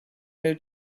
new